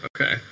okay